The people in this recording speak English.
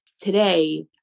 today